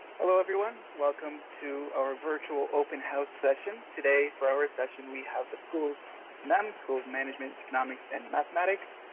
hello, everyone. welcome to our virtual open house session. today for our session we have the school of mem, school of management, economics and mathematics.